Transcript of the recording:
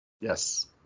Yes